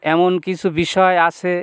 এমন কিছু বিষয় আছে